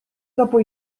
dopo